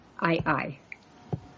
I-I